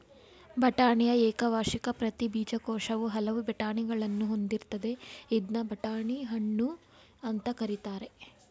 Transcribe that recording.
ಬಟಾಣಿಯ ಏಕವಾರ್ಷಿಕ ಪ್ರತಿ ಬೀಜಕೋಶವು ಹಲವು ಬಟಾಣಿಗಳನ್ನು ಹೊಂದಿರ್ತದೆ ಇದ್ನ ಬಟಾಣಿ ಹಣ್ಣು ಅಂತ ಕರೀತಾರೆ